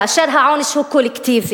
כאשר העונש הוא קולקטיבי,